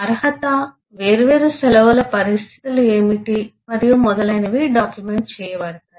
అర్హత వేర్వేరు సెలవుల పరిస్థితులు ఏమిటి మరియు మొదలైనవి డాక్యుమెంట్ చేయబడతాయి